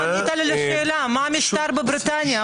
לא ענית מה המשטר בבריטניה?